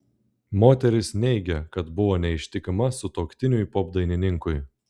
moteris neigė kad buvo neištikima sutuoktiniui popdainininkui